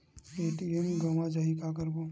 ATM गवां जाहि का करबो?